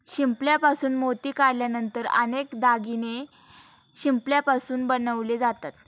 शिंपल्यापासून मोती काढल्यानंतर अनेक दागिने शिंपल्यापासून बनवले जातात